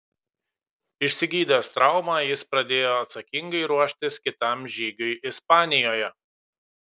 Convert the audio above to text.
išsigydęs traumą jis pradėjo atsakingai ruoštis kitam žygiui ispanijoje